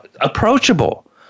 approachable